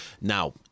Now